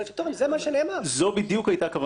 זו בדיוק היתה כוונתנו.